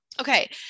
okay